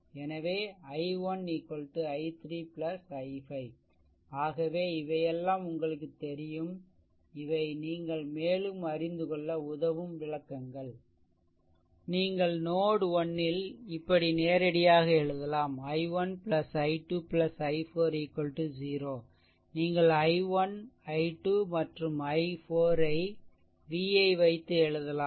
எனவே i1 i3 i5 ஆகவே இவையெல்லாம் உங்களுக்கு தெரியும் இவை நீங்கள் மேலும் அறிந்துகொள்ள உதவும் விளக்கங்கள் நீங்கள் நோட்1 ல் இப்படி நேரடியாக எழுதலாம் i1 i2 i4 0 நீங்கள் i1 i2 மற்றும் i4 v ஐ வைத்து எழுதலாம்